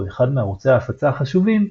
שהוא אחד מערוצי ההפצה החשובים,